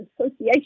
association